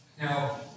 Now